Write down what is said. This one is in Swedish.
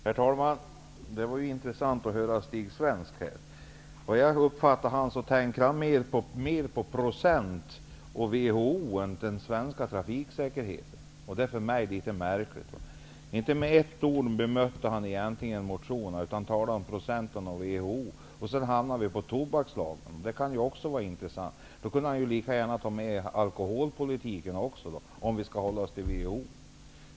Herr talman! Det var ju intressant att höra Lars Svensk. Han tänker tydligen mer på procent och WHO än på den svenska trafiksäkerheten. Det är för mig något märkligt. Han bemötte inte motionerna med ett ord, utan han talade om procent och WHO. Sedan kom han också in på tobakslagen, vilken kan vara intressant. Då kan vi lika gärna ta med alkoholpolitiken, om vi skall diskutera WHO.